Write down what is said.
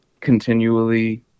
continually